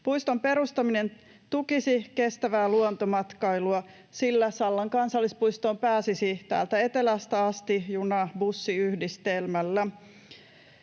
Puiston perustaminen tukisi kestävää luontomatkailua, sillä Sallan kansallispuistoon pääsisi täältä etelästä asti juna-bussiyhdistelmällä.